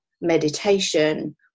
meditation